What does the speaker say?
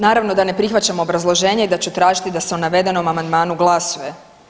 Naravno da ne prihvaćam obrazloženje i da ću tražiti da se o navedenom amandmanu glasuje.